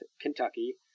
kentucky